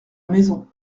maison